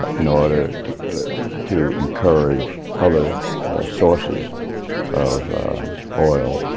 in order to to encourage other sources of oil,